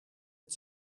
het